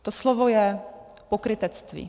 To slovo je pokrytectví.